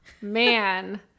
man